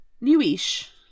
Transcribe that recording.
newish